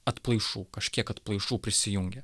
atplaišų kažkiek atplaišų prisijungė